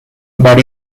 but